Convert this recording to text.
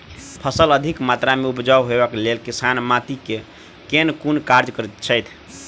फसल अधिक मात्रा मे उपजाउ होइक लेल किसान माटि मे केँ कुन कार्य करैत छैथ?